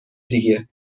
دیگه